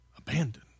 Abandoned